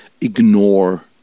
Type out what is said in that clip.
ignore